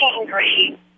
angry